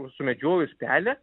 sumedžiojus pelę